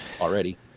already